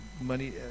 Money